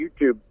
YouTube